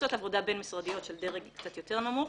קבוצות עבודה בין-משרדיות של דרג קצת יותר נמוך.